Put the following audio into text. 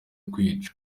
kwica